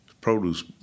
produce